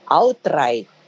outright